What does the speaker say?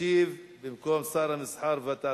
ישיב, במקום שר התעשייה,